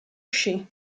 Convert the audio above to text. sci